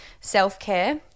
self-care